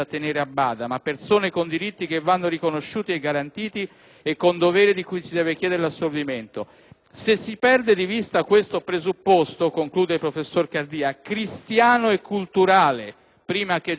e con doveri di cui si deve chiedere l'assolvimento. Se si perde di vista questo presupposto», conclude il professor Cardia, «cristiano e culturale prima che giuridico, o si dimentica che le